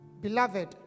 Beloved